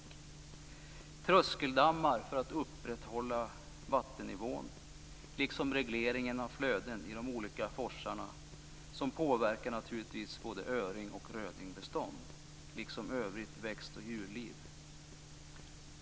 Det finns tröskeldammar för att upprätthålla vattennivån liksom regleringar av flöden i de olika forsarna som påverkar både öring och rödingbestånden samt övrigt växtoch djurliv.